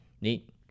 Neat